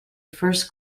first